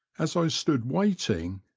as i stood waiting,